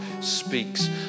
speaks